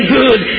good